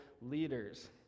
leaders